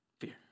fear